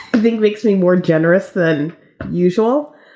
the greeks being more generous than usual,